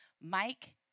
Mike